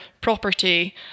property